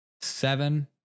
Seven